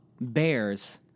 bears